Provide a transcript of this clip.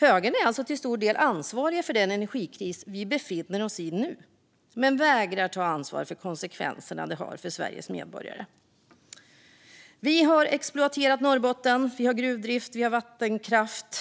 Högern är alltså till stor del ansvarig för den energikris vi befinner oss i men vägrar ta ansvar för konsekvenserna det har för Sveriges medborgare. Vi har exploaterat Norrbotten. Vi har gruvdrift och vattenkraft,